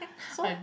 so